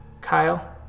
Kyle